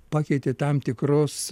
pakeitė tam tikrus